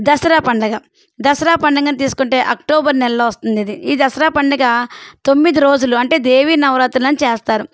దసరా పండగ దసరా పండగను తీసుకుంటే అక్టోబర్ నెలలో వస్తుంది ఇది ఈ దసరా పండగ తొమ్మిది రోజులు అంటే దేవి నవరాత్రులను చేస్తారు